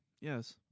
Yes